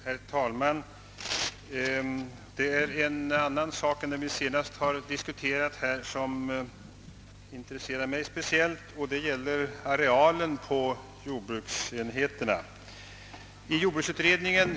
Herr talman! Det är en annan sak än den vi senast diskuterat som intresserar mig speciellt. Det gäller arealen på jordbruksenheterna.